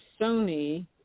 Sony